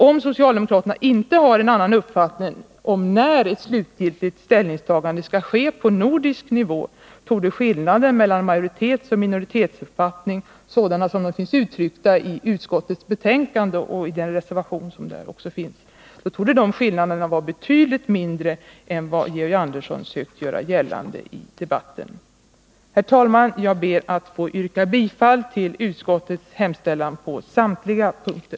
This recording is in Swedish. Om socialdemokraterna inte har en annan uppfattning om när ett slutligt ställningstagande skall ske på nordisk nivå, torde skillnaderna mellan majoritetsoch minoritetsuppfattning, så som de finns uttryckta i utskottets betänkande och i reservationen, vara betydligt mindre än vad Georg Andersson sökt göra gällande i debatten. Herr talman! Jag ber att få yrka bifall till utskottets hemställan på samtliga punkter.